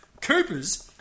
Cooper's